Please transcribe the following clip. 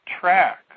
track